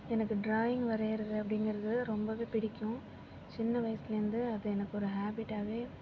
எனக்கு ட்ராயிங் வரையிறது அப்படிங்கிறது ரொம்பவே பிடிக்கும் சின்ன வயசுலேந்து அது எனக்கு ஒரு ஹபீட்டாகவே